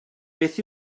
beth